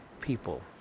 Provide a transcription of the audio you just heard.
people